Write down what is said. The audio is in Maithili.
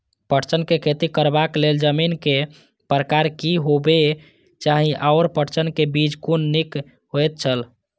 पटसन के खेती करबाक लेल जमीन के प्रकार की होबेय चाही आओर पटसन के बीज कुन निक होऐत छल?